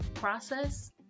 Process